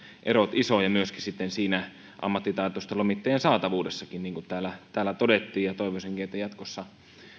erot isoja myöskin sitten siinä ammattitaitoisten lomittajien saatavuudessakin niin kuin täällä täällä todettiin toivoisinkin että jatkossa